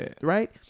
Right